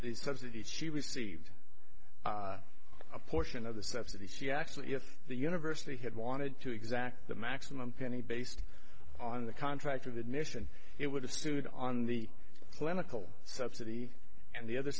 s subsidies she received a portion of the subsidies she actually at the university had wanted to exact the maximum penny based on the contract with admission it would have sued on the clinical subsidy and the other